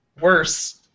Worse